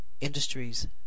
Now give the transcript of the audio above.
industries